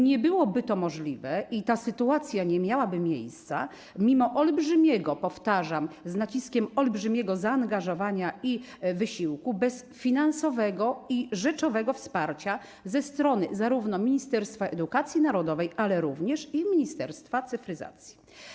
Nie byłoby to możliwe i ta sytuacja nie miałaby miejsca mimo olbrzymiego, powtarzam z naciskiem: olbrzymiego, zaangażowania i wysiłku bez finansowego i rzeczowego wsparcia ze strony zarówno Ministerstwa Edukacji Narodowej, jak i Ministerstwa Cyfryzacji.